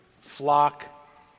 flock